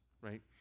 right